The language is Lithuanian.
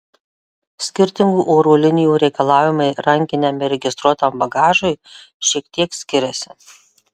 skirtingų oro linijų reikalavimai rankiniam ir registruotajam bagažui šiek tiek skiriasi